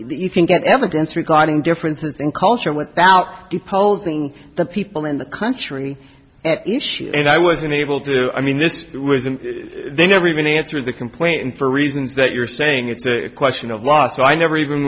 you can get evidence regarding differences in culture without imposing the people in the country at issue and i wasn't able to i mean this they never even answered the complaint and for reasons that you're saying it's a question of law so i never even